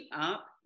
up